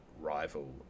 rival